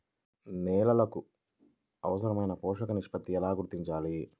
నేలలకు అవసరాలైన పోషక నిష్పత్తిని ఎలా గుర్తించాలి?